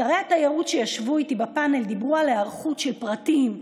שרי התיירות שישבו איתי בפאנל דיברו על היערכות של פרטים,